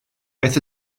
beth